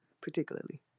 particularly